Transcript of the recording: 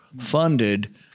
funded